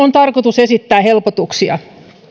on tarkoitus esittää helpotuksia